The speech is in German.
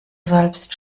selbst